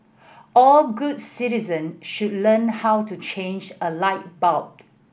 all good citizen should learn how to change a light bulb